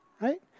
Right